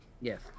Yes